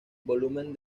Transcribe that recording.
volumen